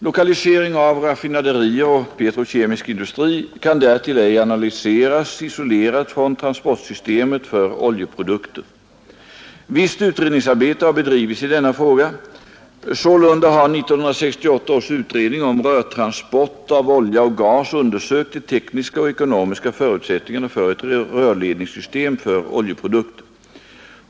Lokalisering av raffinaderier och petrokemisk industri kan därtill ej analyseras isolerat från transportsystemet för oljeprodukter. Visst utredningsarbete har bedrivits i denna fråga. Sålunda har 1968 års utredning om rörtransport av olja och gas undersökt de tekniska och ekonomiska förutsättningarna för ett rörledningssystem för oljeprodukter.